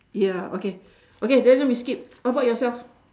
ya okay okay that one we skip how about yourself